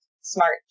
smart